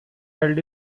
held